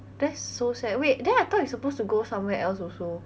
that's so sad wait then I thought you supposed to go somewhere else also